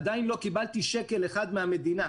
עדיין לא קיבלתי שקל אחד מהמדינה.